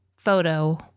photo